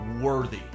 Worthy